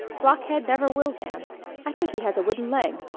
blockhead never will dance! i think he has a wooden leg,